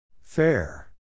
Fair